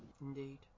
indeed